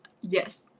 Yes